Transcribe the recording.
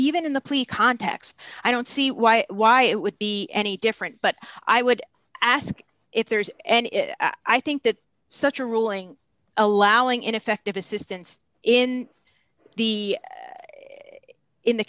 even in the plea context i don't see why why it would be any different but i would ask if there is and i think that such a ruling allowing ineffective assistance in the in the